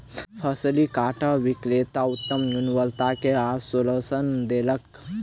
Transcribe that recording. शफरी कटहर विक्रेता उत्तम गुणवत्ता के आश्वासन देलक